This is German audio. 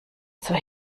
zur